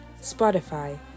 Spotify